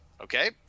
Okay